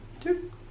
Two